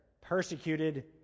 Persecuted